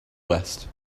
west